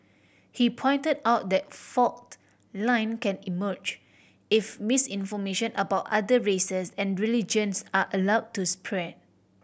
he pointed out that fault line can emerge if misinformation about other races and religions are allow to spread